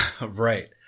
Right